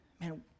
man